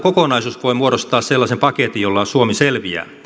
kokonaisuus voi muodostaa sellaisen paketin jolla suomi selviää